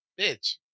bitch